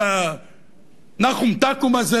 את ה"נחום תקום" הזה